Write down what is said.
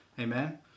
amen